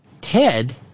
Ted